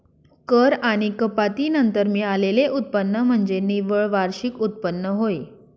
कर आणि कपाती नंतर मिळालेले उत्पन्न म्हणजे निव्वळ वार्षिक उत्पन्न होय